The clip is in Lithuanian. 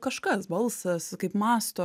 kažkas balsas kaip mąsto